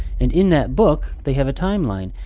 and in that book, they have a timeline.